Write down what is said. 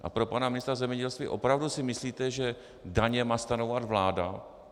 A pro pana ministra zemědělství: Opravdu si myslíte, že daně má stanovovat vláda?